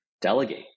delegate